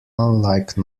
unlike